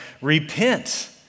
repent